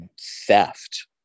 theft